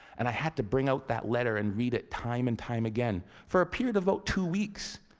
and i had to bring out that letter and read it time and time again, for a period of about two weeks,